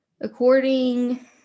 According